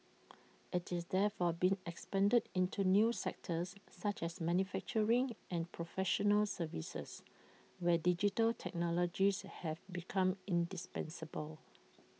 IT is therefore being expanded into new sectors such as manufacturing and professional services where digital technologies have become indispensable